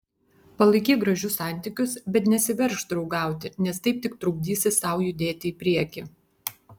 palaikyk gražius santykius bet nesiveržk draugauti nes taip tik trukdysi sau judėti į priekį